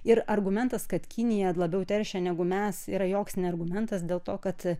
ir argumentas kad kinija labiau teršia negu mes yra joks ne argumentas dėl to kad